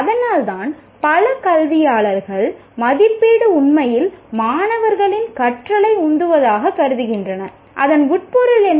அதனால்தான் பல கல்வியாளர்கள் மதிப்பீடு உண்மையில் மாணவர்களின் கற்றலை உந்துவதாக கருதுகின்றனர் அதன் உட்பொருள் என்ன